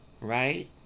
right